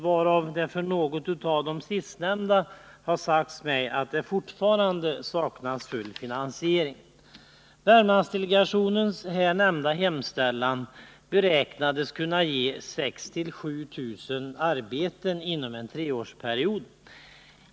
Vad beträffar något av de sistnämnda har det sagts mig att det fortfarande saknas full finansiering. Värmlandsdelegationens här nämnda hemställan beräknades kunna ge 6 000 å 7000 arbeten inom en treårsperiod.